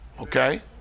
Okay